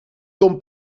com